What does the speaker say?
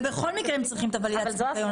בכל מקרה הם צריכים את ולידציית הניקין.